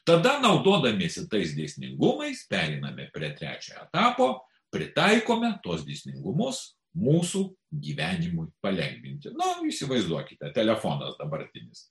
tada naudodamiesi tais dėsningumais pereiname prie trečio etapo pritaikome tuos dėsningumus mūsų gyvenimui palengvinti nu įsivaizduokite telefonas dabartinis